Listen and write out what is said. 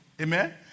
Amen